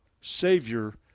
Savior